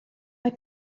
mae